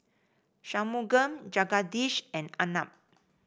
Shunmugam Jagadish and Arnab